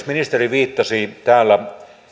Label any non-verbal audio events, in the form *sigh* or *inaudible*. *unintelligible* ministeri viittasi täällä